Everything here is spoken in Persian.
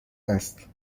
است